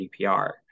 GDPR